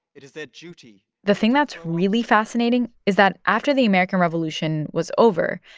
it is their duty. the thing that's really fascinating is that after the american revolution was over,